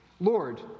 Lord